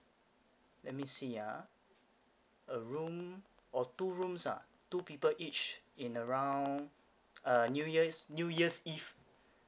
let me see ah a room or two rooms ah two people each in around uh new year's new year's eve